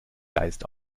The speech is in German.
geist